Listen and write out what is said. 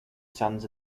sons